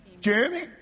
Jeremy